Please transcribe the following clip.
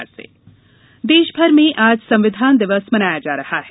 संविधान दिवस देश भर में आज संविधान दिवस मनाया जा रहा है